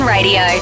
Radio